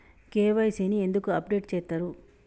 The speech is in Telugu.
కే.వై.సీ ని ఎందుకు అప్డేట్ చేత్తరు?